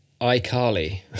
iCarly